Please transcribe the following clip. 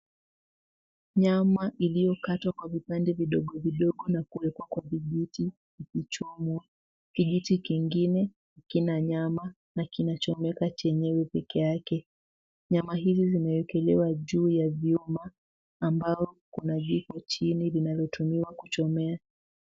Nyama iliyokatwa kwa vipande vidogo vidogo na kuwekwa kwa vijiti ikichomwa, kijiti kingine kina nyama na kinachomeka katikati yenyewe pekeake nyama hizi zimeekelewa juu ya vyuma ambao kuna jiko chini linalotumiwa kuchomea.